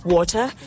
Water